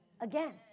again